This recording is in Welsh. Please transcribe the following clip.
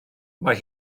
mae